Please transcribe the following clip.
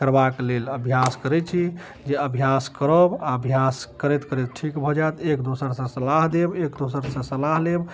करबाक लेल अभ्यास करै छी जे अभ्यास करब आ अभ्यास करैत करैत ठीक भऽ जाएत एक दोसरसँ सलाह देब एक दोसरसँ सलाह लेब